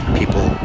people